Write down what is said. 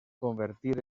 convertir